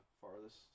farthest